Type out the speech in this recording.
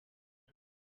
ubu